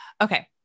okay